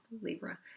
Libra